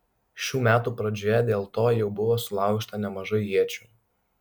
šių metų pradžioje dėl to jau buvo sulaužyta nemažai iečių